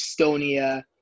Estonia